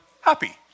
happy